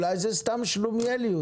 אולי זו סתם שלומיאליות,